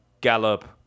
gallop